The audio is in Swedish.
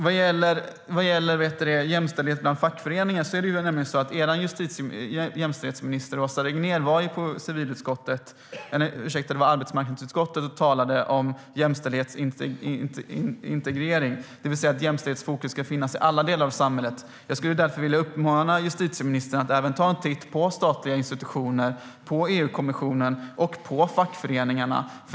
Vad gäller jämställdhet bland fackföreningar kan jag nämna att jämställdhetsminister Åsa Regnér var på arbetsmarknadsutskottet och talade om jämställdhetsintegrering, det vill säga att ett jämställdhetsfokus ska finnas i alla delar av samhället. Jag skulle därför vilja uppmana justitieministern att även ta en titt på statliga institutioner, EU-kommissionen och fackföreningarna.